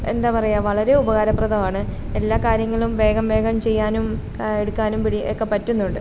എന്താ പറയുക വളരെ ഉപകാരപ്രദമാണ് എല്ലാ കാര്യങ്ങളും വേഗം വേഗം ചെയ്യാനും എടുക്കാനും പിടി ഒക്കെ പറ്റുന്നുണ്ട്